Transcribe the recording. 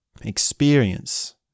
experience